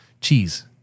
cheese